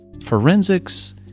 forensics